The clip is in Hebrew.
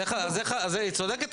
היא צודקת.